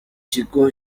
kigo